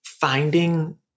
finding